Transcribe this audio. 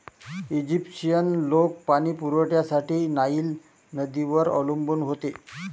Egyptian लोक पाणी पुरवठ्यासाठी नाईल नदीवर अवलंबून होते